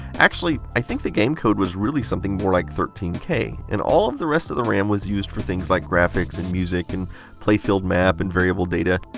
actually, i think the game code was really something more like thirteen k. and all of the rest of the ram was used for things like graphics, and music, and play field map, and variable data.